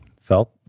felt